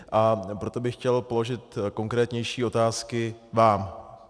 A proto bych chtěl položit konkrétnější otázky vám.